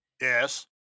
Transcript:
Yes